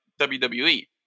WWE